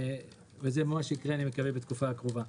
אני מקווה שזה יקרה בתקופה הקרובה.